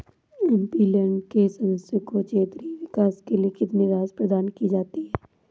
MP land के सदस्यों को क्षेत्रीय विकास के लिए कितनी राशि प्रदान की जाती है?